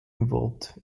involved